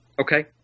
Okay